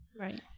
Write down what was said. Right